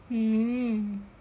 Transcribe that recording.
mmhmm